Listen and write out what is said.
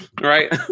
right